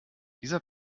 dieser